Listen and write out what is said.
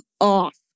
off